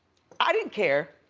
i didn't care,